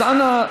אז אנא,